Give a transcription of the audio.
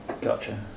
Gotcha